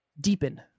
deepen